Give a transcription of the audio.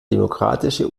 demokratische